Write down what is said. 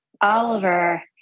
Oliver